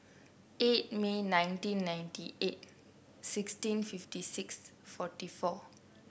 eight May nineteen ninety eight sixteen fifty six forty four